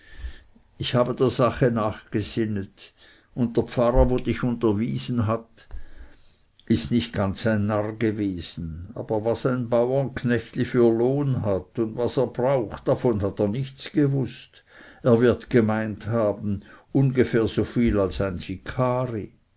ich habe der sache nachgesinnet und der pfarrer wo dich unterwiesen hat ist nicht ganz ein narr gewesen aber was ein baurenknechtli für lohn hat und was er braucht davon hat er nichts gewußt er wird gemeint haben ungefähr so viel als ein